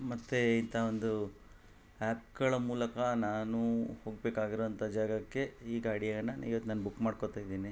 ಮತ್ತು ಇಂಥ ಒಂದು ಆ್ಯಪ್ಗಳ ಮೂಲಕ ನಾನು ಹೋಗ್ಬೇಕಾಗಿರೊಂಥ ಜಾಗಕ್ಕೆ ಈ ಗಾಡಿಯನ್ನು ಇವತ್ತು ನಾನು ಬುಕ್ ಮಾಡ್ಕೊತಾ ಇದೀನಿ